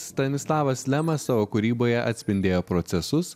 stanislavas lemas savo kūryboje atspindėjo procesus